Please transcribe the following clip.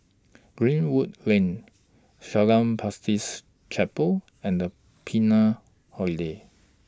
Greenwood Lane Shalom Baptist Chapel and The Patina Hotel